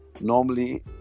normally